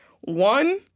One